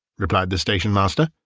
replied the stationmaster.